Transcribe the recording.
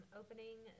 opening